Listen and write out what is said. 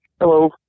Hello